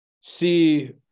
see –